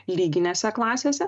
lyginėse klasėse